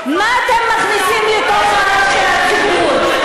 מה אתם מכניסים לתוך הראש של הציבור?